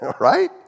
right